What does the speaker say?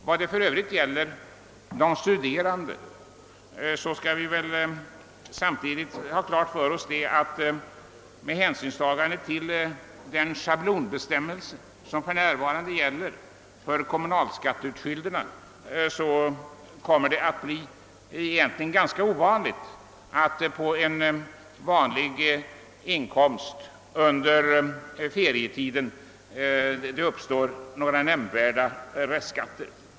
Vad för övrigt gäller de studerande skall vi väl samtidigt ha klart för oss att det med hänsynstagande till den schablonbestämmelse som för närvarande gäller för kommunalskatteutskylderna egentligen kommer att bli ganska sällsynt att det på en vanlig inkomst under ferietiden uppstår några nämnvärda restskatter.